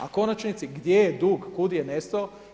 A u konačnici, gdje je dug, kuda je nestao?